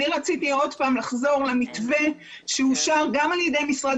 אני רציתי עוד פעם לחזור למתווה שאושר גם על ידי משרד